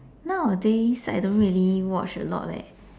nowadays I don't really watch a lot leh